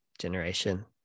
generation